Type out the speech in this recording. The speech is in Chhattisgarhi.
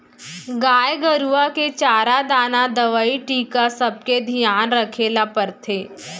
गाय गरूवा के चारा दाना, दवई, टीका सबके धियान रखे ल परथे